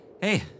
Hey